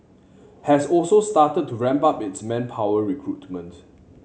has also started to ramp up its manpower recruitment